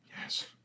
Yes